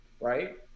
right